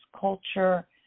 culture